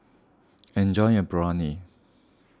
enjoy your Biryani